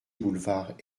boulevard